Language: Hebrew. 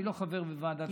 אני לא חבר בוועדת הכנסת,